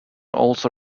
also